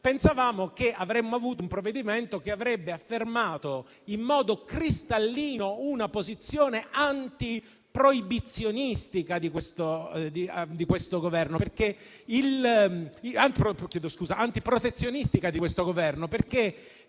Pensavamo che il provvedimento avrebbe affermato, in modo cristallino, una posizione antiprotezionistica di questo Governo, perché